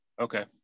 okay